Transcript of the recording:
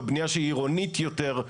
או בנייה שהיא עירונית יותר,